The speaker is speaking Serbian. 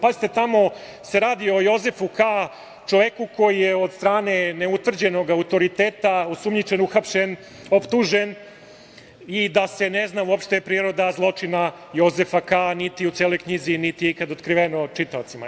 Pazite, tamo se radi o Jozefu Ka, čoveku koji je od strane neutvrđenog autoriteta osumnjičen, uhapšen, optužen i da se ne zna uopšte priroda zločina Jozefa Ka, niti u celoj knjizi, niti je ikad otkriveno čitaocima.